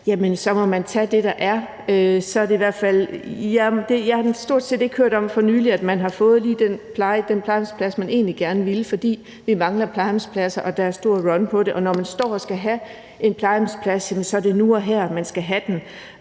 må man tage det, der er. Jeg har for nylig stort set ikke hørt om, at man har fået lige den plejehjemsplads, man egentlig gerne ville have, for vi mangler plejehjemspladser, og der er stor efterspørgsel på dem. Og når man står og skal have en plejehjemsplads, er det nu og her, man skal have den,